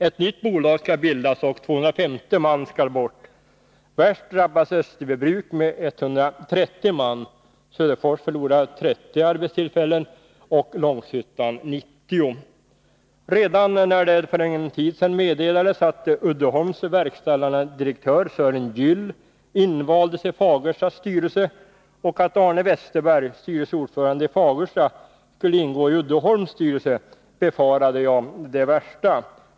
Ett nytt bolag skall bildas och 250 man skall bort. Värst drabbas Österbybruk med 130 man. Söderfors förlorar 30 arbetstillfällen och Långshyttan 90. Redan när det för en tid sedan meddelades att Uddeholms verkställande direktör Sören Gyll invaldes i Fagerstas styrelse och att Arne Westerberg, styrelseordförande i Fagersta, skulle ingå i Uddeholms styrelse, befarade jag det värsta.